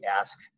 ask